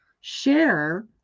share